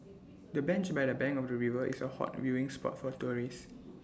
the bench by the bank of the river is A hot viewing spot for tourists